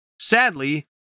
Sadly